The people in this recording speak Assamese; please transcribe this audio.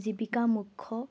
জীৱিকাৰ মুখ্য